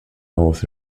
north